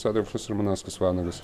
adolfas ramanauskas vanagas